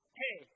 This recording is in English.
hey